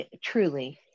truly